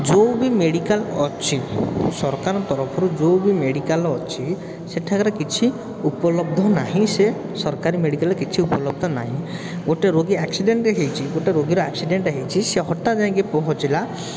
ଯେଉଁବି medical ଅଛି ସରକାରଙ୍କ ତରଫରୁ ଯେଉଁବି ମେଡ଼ିକାଲ୍ ଅଛି ସେଠାକାରେ କିଛି ଉପଲବ୍ଧ ନାହିଁ ସେ ସରକାରୀ ମେଡ଼ିକାଲରେ କିଛି ଉପଲବ୍ଧ ନାହିଁ ଗୋଟିଏ ରୋଗୀ ଆକ୍ସିଡେଣ୍ଟଟିଏ ହେଇଛି ଗୋଟେ ରୋଗୀର ଆକ୍ସିଡେଣ୍ଟ୍ ହେଇଛି ସେ ହଠାତ୍ ଯାଇକି ପହଞ୍ଚିଲା